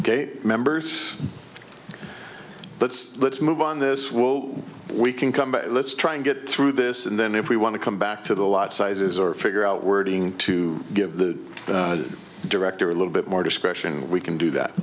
gate members but let's move on this will we can come but let's try and get through this and then if we want to come back to the lot sizes or figure out wording to give the director a little bit more discretion we can do that